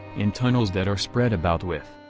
and tunnels that are spread about with,